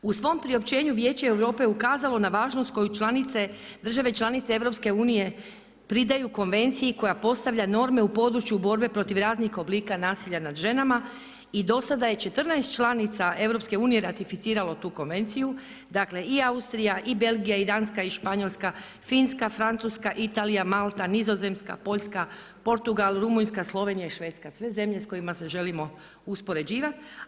U svom priopćenju Vijeće Europe je ukazalo na važnost koju članice, države članice EU-a, pridaju konvenciji koja postavlja norme u području borbe protiv raznih oblika nasilja nad ženama, i dosada je 14 članica EU-a, ratificiralo tu konvenciju, dakle i Austrija i Belgija i Danska i Španjolska, Finska, Francuska, Italija, Malta, Nizozemska, Poljska, Portugal, Rumunjska, Slovenija i Švedska, sve zemlje s kojima se želimo uspoređivati.